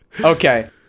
Okay